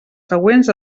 següents